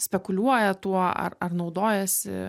spekuliuoja tuo ar ar naudojasi